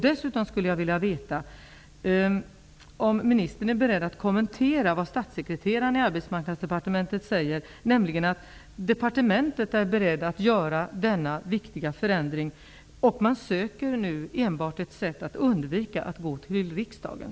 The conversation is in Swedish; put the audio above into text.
Dessutom skulle jag vilja veta om ministern är beredd att kommentera vad statssekreteraren i Arbetsmarknadsdepartementet säger, nämligen att man på departementet är beredd att genomföra denna viktiga förändring och att man nu enbart söker ett sätt att undvika att gå till riksdagen.